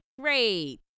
great